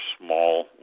small